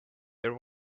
there